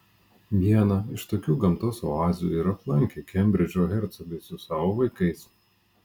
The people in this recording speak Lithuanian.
vieną iš tokių gamtos oazių ir aplankė kembridžo hercogai su savo vaikais